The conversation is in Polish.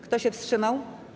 Kto się wstrzymał?